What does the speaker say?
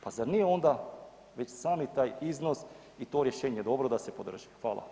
Pa zar nije onda već sami taj iznos i to rješenje dobro da se podrži?